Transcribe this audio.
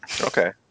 Okay